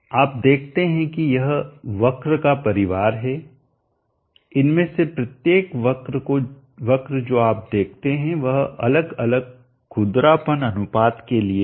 आप देखते हैं कि यह वक्र का परिवार है इनमें से प्रत्येक वक्र जो आप देखते हैं वह अलग अलग खुरदरापन अनुपात के लिए है